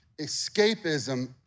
Escapism